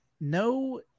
no